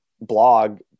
blog